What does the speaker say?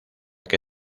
que